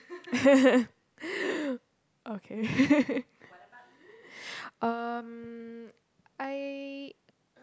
okay um I